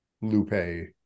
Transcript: Lupe